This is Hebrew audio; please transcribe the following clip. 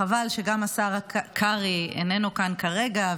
חבל שגם השר קרעי איננו כאן כרגע,